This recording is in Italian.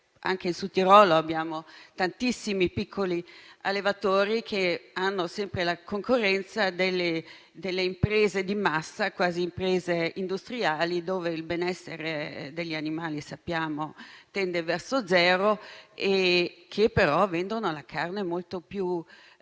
Anche in Sud Tirolo abbiamo tantissimi piccoli allevatori che subiscono sempre la concorrenza delle imprese di massa, quasi imprese industriali, dove il benessere degli animali sappiamo tendere verso lo zero, ma la cui carne però costa molto di